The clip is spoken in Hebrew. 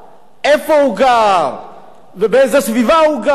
איפה הוא גר ובאיזו סביבה הוא גר.